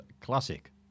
classic